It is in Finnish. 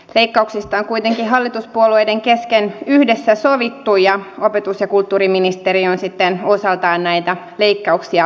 leikkauksista on kuitenkin hallituspuolueiden kesken yhdessä sovittu ja opetus ja kulttuuriministeriö on sitten osaltaan näitä leikkauksia toteuttanut